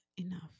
enough